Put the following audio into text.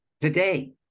today